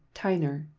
tyner,